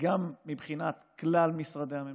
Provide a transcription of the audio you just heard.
גם מבחינת כלל משרדי הממשלה,